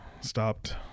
stopped